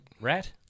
Rat